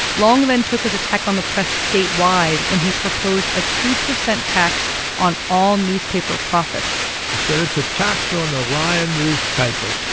long then took his attack on the press statewide when he proposed a two percent tax on all newspaper profits he said it's a tax on the lying newspapers.